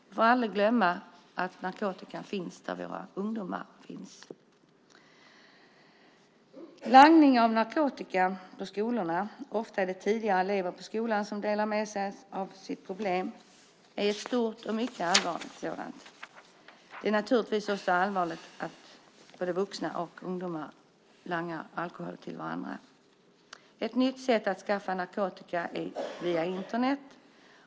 Vi får aldrig glömma att narkotikan finns där våra ungdomar finns! Langning av narkotika på skolorna där det ofta är tidigare elever på skolan som delar med sig av sitt problem är ett stort och mycket allvarligt sådant. Det är naturligtvis också allvarligt att både vuxna och ungdomar langar alkohol till varandra. Ett nytt sätt att skaffa narkotika är via Internet.